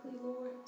Lord